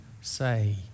say